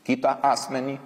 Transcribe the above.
kitą asmenį